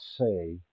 say